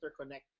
interconnect